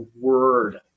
word